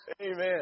Amen